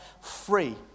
free